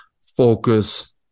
focus